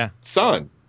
son